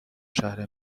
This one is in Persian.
شهر